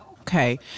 Okay